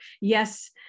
Yes